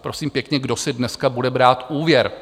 Prosím pěkně, kdo si dneska bude brát úvěr?